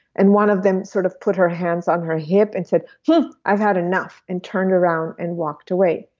and one of them sort of put her hands on her hip and said, hmm i've had enough and turned around and walked away.